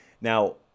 Now